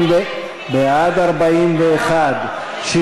ההסתייגויות (31) ולחלופין של קבוצת